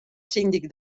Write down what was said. síndic